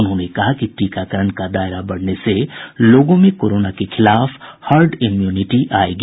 उन्होंने कहा कि टीकाकरण का दायरा बढ़ने से लोगों में कोरोना के खिलाफ हर्ड इम्युनिटी आयेगी